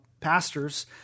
pastors